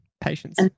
patience